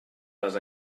les